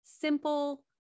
Simple